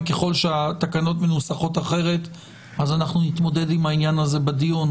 וככל שהתקנות מנוסחות אחרת אנחנו נתמודד עם העניין הזה בדיון.